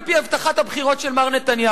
בדיוק על-פי הבטחת הבחירות של מר נתניהו.